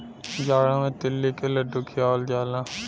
जाड़ा मे तिल्ली क लड्डू खियावल जाला